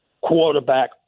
quarterback